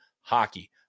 hockey